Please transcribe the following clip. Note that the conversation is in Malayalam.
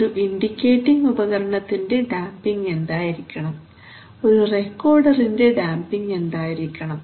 ഒരു ഇൻഡിക്കേറ്റിങ് ഉപകരണത്തിന്റെ ഡാംപിങ് എന്തായിരിക്കണം ഒരു റെക്കോർഡറിന്റെ ഡാംപിങ് എന്തായിരിക്കണം